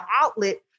outlet